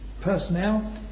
personnel